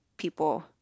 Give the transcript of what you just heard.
people